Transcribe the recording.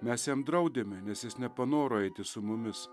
mes jam draudėme nes jis nepanoro eiti su mumis